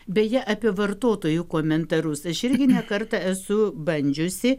beje apie vartotojų komentarus aš irgi ne kartą esu bandžiusi